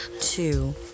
two